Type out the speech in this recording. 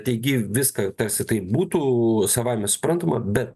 teigi viską tarsi tai būtų savaime suprantama bet